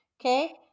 Okay